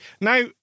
Now-